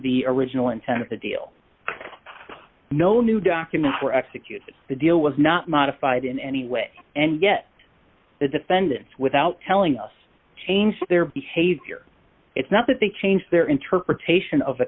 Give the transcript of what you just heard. the original intent of the deal no new documents were executed the deal was not modified in any way and yet the defendants without telling us change their behavior it's not that they changed their interpretation of